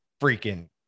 freaking